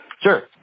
Sure